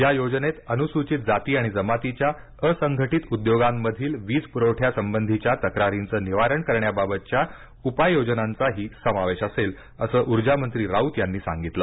या योजनेत अनुसुचित जाती आणि जमातीच्या असंघटित उद्योगामधील वीज प्रवठ्यासंबधीच्या तक्रारींचं निवारण करण्याबाबतच्या उपाययोजनांचाही समावेश असेल असं ऊर्जामंत्री राऊत यांनी सांगितलं